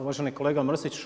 Uvaženi kolega Mrsić,